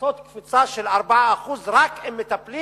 לעשות קפיצה של 4% אם מטפלים